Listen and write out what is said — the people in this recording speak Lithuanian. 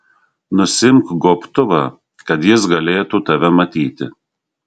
nusiimk gobtuvą kad jis galėtų tave matyti